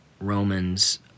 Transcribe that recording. Romans